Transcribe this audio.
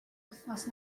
wythnos